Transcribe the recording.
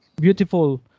beautiful